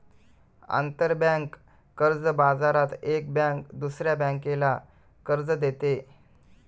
आंतरबँक कर्ज बाजारात एक बँक दुसऱ्या बँकेला कर्ज देते